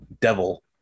devil